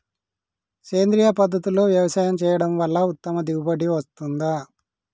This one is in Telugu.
సేంద్రీయ పద్ధతుల్లో వ్యవసాయం చేయడం వల్ల ఉత్తమ దిగుబడి వస్తుందా?